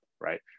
right